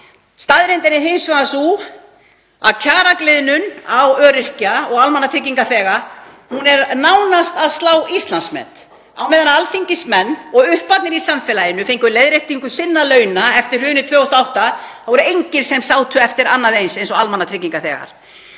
Staðreyndin er hins vegar sú að kjaragliðnun öryrkja- og almannatryggingaþega er nánast að slá Íslandsmet. Á meðan alþingismenn og upparnir í samfélaginu fengu leiðréttingu sinna launa eftir hrunið 2008 voru engir sem sátu eins mikið eftir og almannatryggingaþegar.